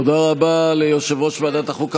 תודה רבה ליושב-ראש ועדת החוקה,